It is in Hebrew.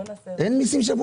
שם